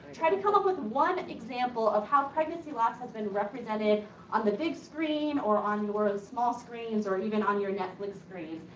try to come up with one example of how pregnancy loss has been represented on the big screen or on your small screens, or even on your netflix screens.